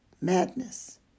madness